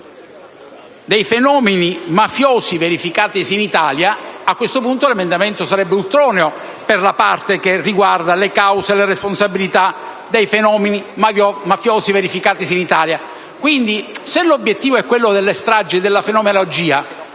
dei fenomeni mafiosi verificatisi in Italia. A questo punto, l'emendamento sarebbe ultroneo, per la parte che riguarda le cause e le responsabilità dei fenomeni mafiosi verificatisi in Italia. Pertanto, se l'obiettivo è quello di stabilire un collegamento